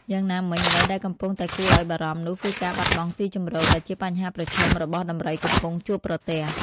យ៉ាងណាមិញអ្វីដែលកំពុងតែគួរឲ្យបារម្ភនោះគឺការបាត់បង់ទីជម្រក ដែលជាបញ្ហាប្រឈមរបស់ដំរីកំពុងជួបប្រទះ។